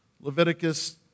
Leviticus